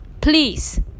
please